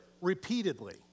repeatedly